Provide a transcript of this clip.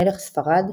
מלך ספרד,